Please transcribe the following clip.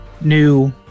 new